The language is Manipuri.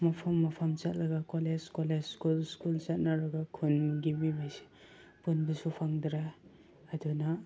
ꯃꯐꯝ ꯃꯐꯝ ꯆꯠꯂꯒ ꯀꯣꯂꯦꯖ ꯀꯣꯂꯦꯖ ꯁ꯭ꯀꯨꯜ ꯁ꯭ꯀꯨꯜ ꯆꯠꯅꯔꯒ ꯈꯨꯟꯒꯤ ꯃꯤꯈꯩꯁꯦ ꯄꯨꯟꯕꯁꯨ ꯐꯪꯗ꯭ꯔꯦ ꯑꯗꯨꯅ